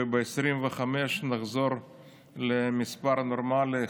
וב-2025 נחזור למספר נורמלי,